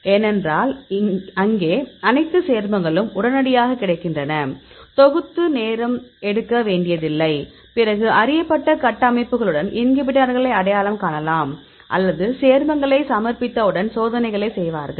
ஏனென்றால் அங்கே அனைத்து சேர்மங்களும் உடனடியாகக் கிடைக்கின்றன தொகுத்து நேரம் எடுக்க வேண்டியதில்லை பிறகு அறியப்பட்ட கட்டமைப்புகளுடன் இன்ஹிபிட்டார்களை அடையாளம் காணலாம் மற்றும் சேர்மங்களை சமர்ப்பித்தவுடன் சோதனைகள் செய்வார்கள்